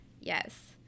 Yes